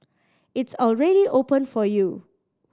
it's already open for you